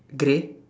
grey